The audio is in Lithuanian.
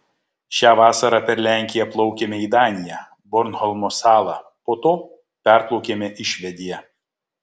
šią vasarą per lenkiją plaukėme į daniją bornholmo salą po to perplaukėme į švediją